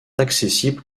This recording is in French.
accessibles